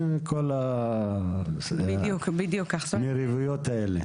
מי כך וכך, וכל היריבויות האלה.